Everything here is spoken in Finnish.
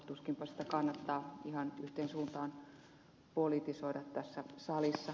tuskinpa sitä kannattaa ihan yhteen suuntaan politisoida tässä salissa